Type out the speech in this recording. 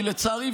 כי לצערי,